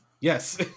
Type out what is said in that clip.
Yes